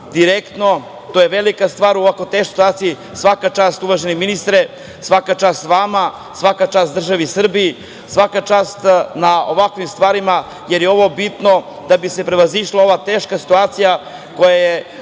direktno, to je velika stvar u ovako teškoj situaciji. Svaka čast, uvaženi ministre, svaka čast vama, svaka čast državi Srbiji, svaka čast na ovakvim stvarima, jer je ovo bitno da bi se prevazišla ova teška situacija koja je